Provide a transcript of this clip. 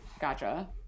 Gotcha